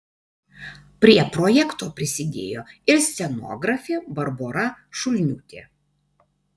prie projekto prisidėjo ir scenografė barbora šulniūtė